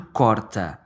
corta